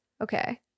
Okay